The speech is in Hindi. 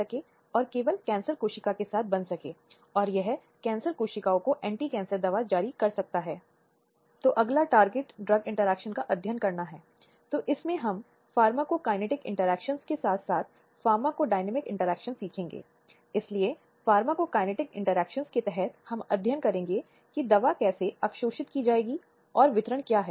स्लाइड समय देखें 0146 अब जहां तक बलात्कार के अपराध का संबंध है यह अपराधों के सबसे गंभीर और भीषण रूप में से एक है जो एक महिला के खिलाफ अपराध है